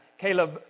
Caleb